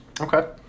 Okay